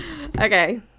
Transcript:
Okay